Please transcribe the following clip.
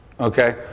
Okay